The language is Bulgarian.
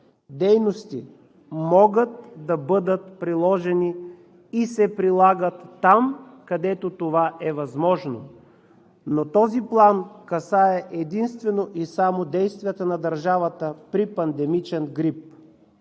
говорите, могат да бъдат приложени и се прилагат там, където това е възможно, но този план касае единствено и само действията на държавата при пандемичен грип.